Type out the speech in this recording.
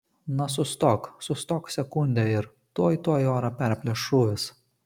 na sustok sustok sekundę ir tuoj tuoj orą perplėš šūvis